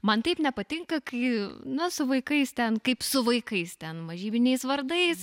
man taip nepatinka kai na su vaikais ten kaip su vaikais ten mažybiniais vardais